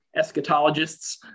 eschatologists